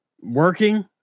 working